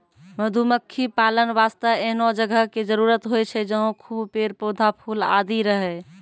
मधुमक्खी पालन वास्तॅ एहनो जगह के जरूरत होय छै जहाँ खूब पेड़, पौधा, फूल आदि रहै